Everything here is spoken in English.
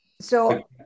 So-